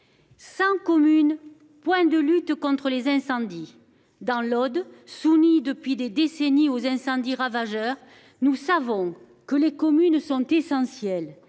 les communes, point de lutte contre les incendies. Dans l'Aude, soumis depuis des décennies aux incendies ravageurs, nous savons qu'elles sont essentielles.